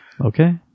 okay